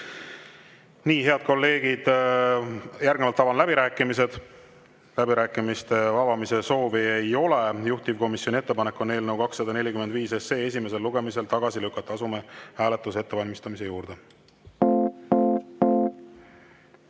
head kolleegid! Järgnevalt avan läbirääkimised. Läbirääkimiste soovi ei ole. Juhtivkomisjoni ettepanek on eelnõu 245 esimesel lugemisel tagasi lükata. Asume hääletuse ettevalmistamise